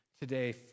today